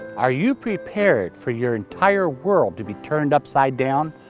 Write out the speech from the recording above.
are you prepared for your entire world to be turned upside down?